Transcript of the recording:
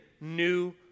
new